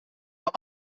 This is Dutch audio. mijn